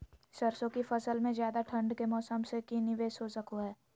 सरसों की फसल में ज्यादा ठंड के मौसम से की निवेस हो सको हय?